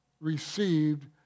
received